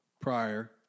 prior